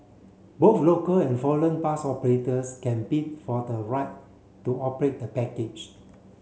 both local and foreign bus operators can bid for the right to operate the package